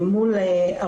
אל מול הרוצח,